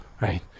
right